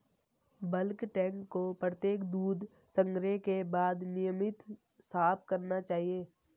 bulk tank को प्रत्येक दूध संग्रह के बाद नियमित साफ करना चाहिए